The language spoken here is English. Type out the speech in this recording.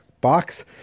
box